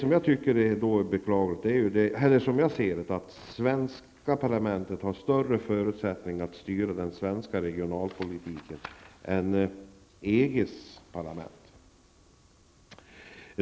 Som jag ser det har det svenska parlamentet större förutsättningar att styra den svenska regionalpolitiken än EGs parlament.